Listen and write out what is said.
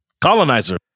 colonizer